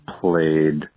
played